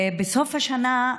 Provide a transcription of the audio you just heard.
ובסוף השנה,